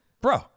bro